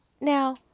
now